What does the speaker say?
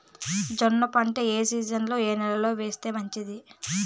జొన్న పంట ఏ సీజన్లో, ఏ నెల లో వేస్తే మంచిది?